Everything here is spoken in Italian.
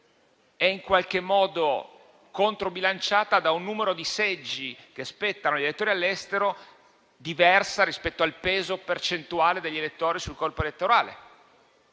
è in qualche modo controbilanciata da un numero di seggi che spettano agli elettori all'estero diverso rispetto al peso percentuale degli elettori sul corpo elettorale,